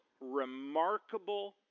remarkable